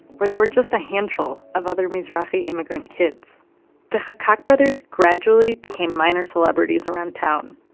where there was just a handful of other mizrahi immigrant kids the chakak brothers gradually became minor celebrities around town,